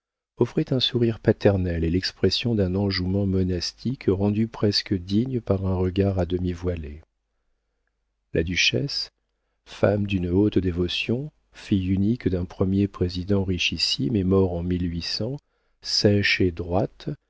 offrait un sourire paternel et l'expression d'un enjouement monastique rendu presque digne par un regard à demi voilé la duchesse femme d'une haute dévotion fille unique d'un premier président richissime et mort en sèche et droite